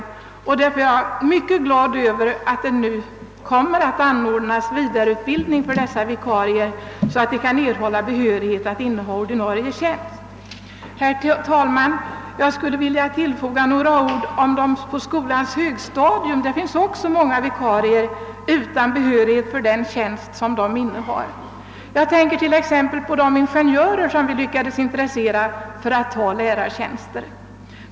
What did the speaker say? Därför är jag mycket glad över att det nu kommer att anordnas vidareutbildning för dessa vikarier, så att de kan erhålla behörighet att inneha ordinarie tjänst. Herr talman! På skolans högstadium finns också många vikarier utan behörighet för de tjänster de innehar. Jag tänker på t.ex. de ingenjörer som vi lyckades intressera för att ta lärartjänster.